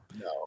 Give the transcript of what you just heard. No